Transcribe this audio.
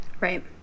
Right